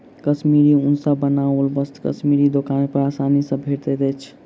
कश्मीरी ऊन सॅ बनाओल वस्त्र कश्मीरी दोकान पर आसानी सॅ भेटैत अछि